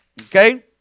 Okay